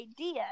idea